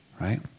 Right